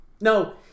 No